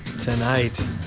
Tonight